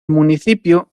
municipio